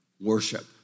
worship